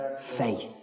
faith